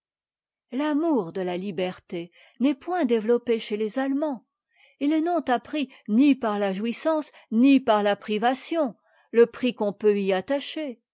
l'amour de la liberté n'est point développé chez les allemands ils n'ont appris ni par la jouissance ni par la privation le prix qu'on peut y attacher